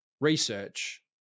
research